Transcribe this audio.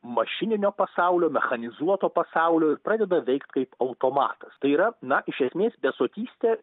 mašininio pasaulio mechanizuoto pasaulio ir pradeda veikt kaip automatas tai yra na iš esmės besotystė